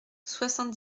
soixante